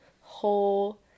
whole